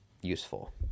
useful